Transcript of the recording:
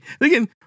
Again